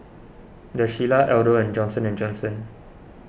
the Shilla Aldo and Johnson and Johnson